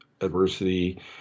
adversity